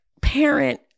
parent